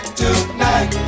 tonight